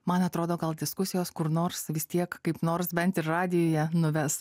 man atrodo gal diskusijos kur nors vis tiek kaip nors bent ir radijuje nuves